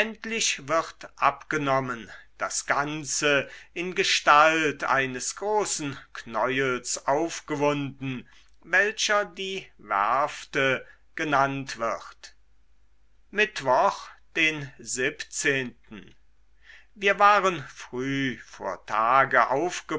wird abgenommen das ganze in gestalt eines großen knäuels aufgewunden welcher die werfte genannt wird mittwoch den wir waren früh vor tage